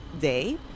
day